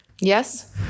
yes